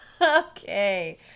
okay